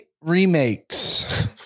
remakes